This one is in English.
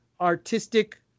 artistic